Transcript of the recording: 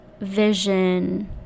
vision